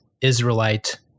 Israelite